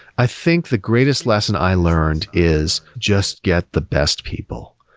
i think the greatest lesson i learned is just get the best people.